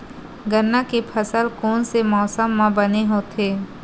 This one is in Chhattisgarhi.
गन्ना के फसल कोन से मौसम म बने होथे?